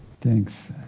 Thanks